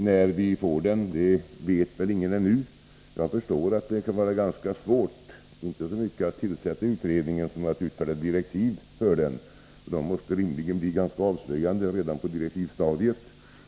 När vi får den vet väl ingen ännu. Jag förstår att det kan vara ganska svårt inte så mycket att tillsätta utredningen som att utfärda direktiv för den. Det måste rimligen bli ganska avslöjande redan på direktivstadiet.